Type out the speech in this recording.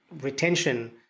retention